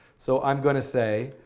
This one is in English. so i'm going to say,